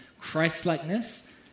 Christ-likeness